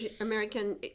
American